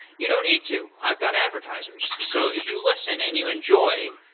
you don't need to. i've got advertisers. so if you listen and you enjoy,